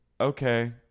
Okay